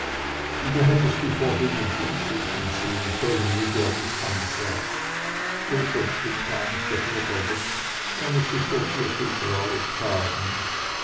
und da hättest du vorhin den buchfinken sehen sollen wie mich der ansah bloß als du kamst da flog er weg er muß sich vor dir gegrault haben